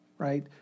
Right